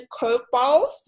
curveballs